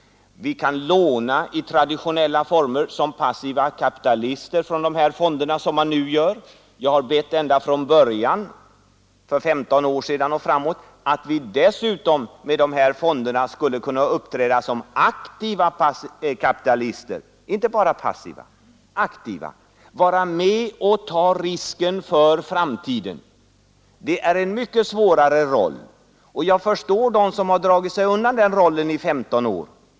Vi kan låna i traditionella former, som passiva kapitalister från de här fonderna, så som nu sker. Jag har bett ända från början, för 15 år sedan och framåt — att vi dessutom med de här fonderna skulle uppträda som aktiva kapitalister, inte bara som passiva, att vi skulle vara med och ta risken för framtiden. Det är en mycket svårare roll. Jag förstår dem som har dragit sig undan den rollen i 15 år.